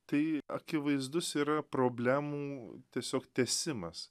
tai akivaizdus yra problemų tiesiog tęsimas